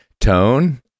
tone